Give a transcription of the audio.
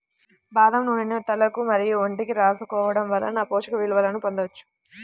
బాదం నూనెను తలకు మరియు ఒంటికి రాసుకోవడం వలన పోషక విలువలను పొందవచ్చు